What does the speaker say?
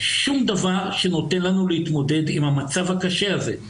שום דבר שנותן לנו להתמודד עם המצב הקשה הזה.